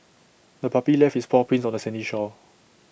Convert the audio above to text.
the puppy left its paw prints on the sandy shore